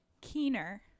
keener